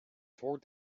toured